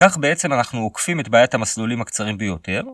כך בעצם אנחנו עוקפים את בעיית המסלולים הקצרים ביותר.